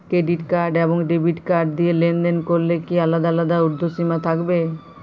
Credit card এবং debit card দিয়ে লেনদেন করলে কি আলাদা আলাদা ঊর্ধ্বসীমা থাকবে?